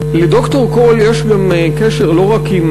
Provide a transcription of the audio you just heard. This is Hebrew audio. לד"ר קול יש קשר לא רק עם